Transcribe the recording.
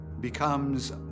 becomes